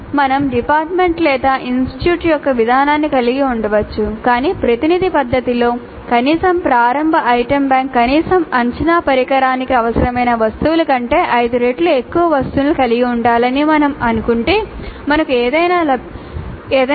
మేము డిపార్ట్మెంట్ లేదా ఇన్స్టిట్యూట్ యొక్క విధానాన్ని కలిగి ఉండవచ్చు కానీ ప్రతినిధి పద్ధతిలో కనీసం ప్రారంభ ఐటమ్ బ్యాంక్ కనీసం అంచనా పరికరానికి అవసరమైన వస్తువుల కంటే ఐదు రెట్లు ఎక్కువ వస్తువులను కలిగి ఉండాలని మేము అనుకుంటే మనకు ఏదైనా లభిస్తుంది ఇలా